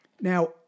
Now